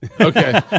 Okay